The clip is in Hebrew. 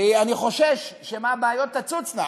כי אני חושש שמא הבעיות תצוצנה.